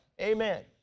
Amen